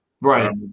Right